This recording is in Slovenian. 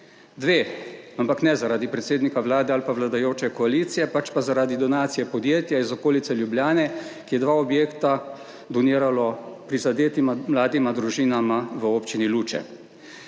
Dve, ampak ne zaradi predsednika Vlade ali pa vladajoče koalicije pač pa zaradi donacije podjetja iz okolice Ljubljane, ki je dva objekta doniralo prizadetima mladima družinama v občini Luče.